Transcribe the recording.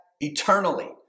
eternally